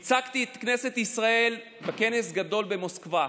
לפני כשנה ייצגתי את כנסת ישראל בכנס גדול במוסקבה.